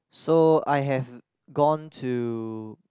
so I have gone to